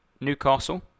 Newcastle